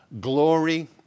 glory